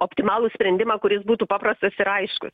optimalų sprendimą kuris būtų paprastas ir aiškus